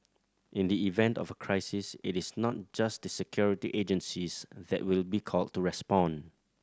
in the event of a crisis it is not just the security agencies that will be called to respond